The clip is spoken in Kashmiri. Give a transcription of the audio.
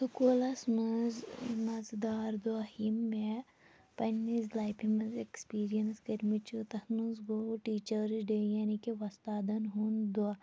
سُکوٗلَس مَنٛز مَزٕدار دۄہہ یِم مےٚ پَننہِ لایفہِ مَنٛز ایٚکسپیٖریَنس کٔرۍمتۍ چھِ تَتھ مَنٛز گوٚو ٹیٖچٲرس ڈے یعنی کہِ وۄستادَن ہُنٛد دۄہہ